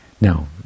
Now